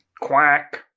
Quack